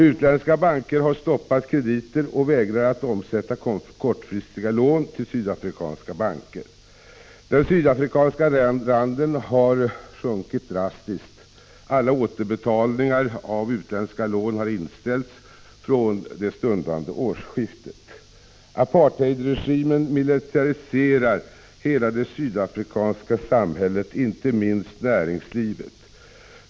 Utländska banker har stoppat krediter och vägrar att omsätta kortfristiga lån till sydafrikanska banker. Den sydafrikanska randen har sjunkit drastiskt. Alla återbetalningar av utländska lån har inställts från det stundande årsskiftet. Apartheidregimen militariserar hela det sydafrikanska samhället, inte minst näringslivet.